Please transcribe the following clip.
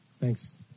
Thanks